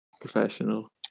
Professional